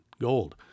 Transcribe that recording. gold